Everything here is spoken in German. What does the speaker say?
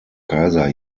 kaiser